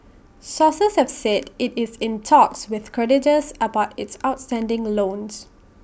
sources have said IT is in talks with creditors about its outstanding loans